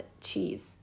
cheese